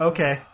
Okay